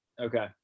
Okay